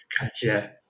Gotcha